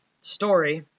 story